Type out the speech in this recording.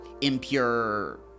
impure